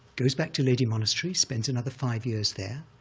goes back to ledi monastery, spends another five years there.